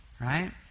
Right